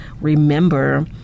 Remember